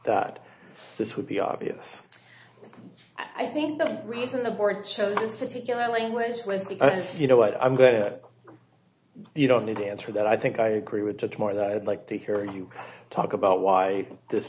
that this would be obvious i think the reason the board chose this particular language was because you know what i'm good at you don't need to answer that i think i agree with the more that i'd like to hear you talk about why this